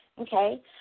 Okay